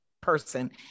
person